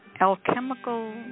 alchemical